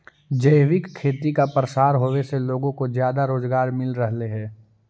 जैविक खेती का प्रसार होवे से लोगों को ज्यादा रोजगार मिल रहलई हे